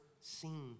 seen